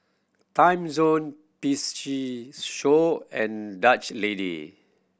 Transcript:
Timezone P C Show and Dutch Lady